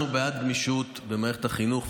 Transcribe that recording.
אנחנו בעד גמישות במערכת החינוך,